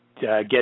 get